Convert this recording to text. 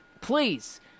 please